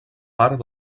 part